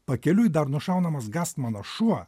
pakeliui dar nušaunamas gastmano šuo